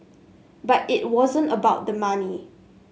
but it wasn't about the money